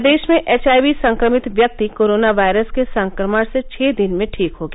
प्रदेश में एचआईवी संक्रमित व्यक्ति कोरोना वायरस के संक्रमण से छह दिनों में ठीक हो गया